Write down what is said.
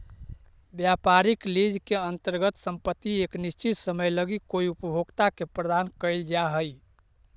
व्यापारिक लीज के अंतर्गत संपत्ति एक निश्चित समय लगी कोई उपभोक्ता के प्रदान कईल जा हई